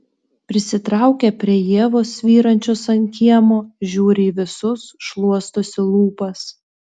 prisitraukia prie ievos svyrančios ant kiemo žiūri į visus šluostosi lūpas